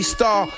Star